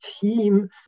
team